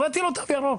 הראיתי לו תו ירוק.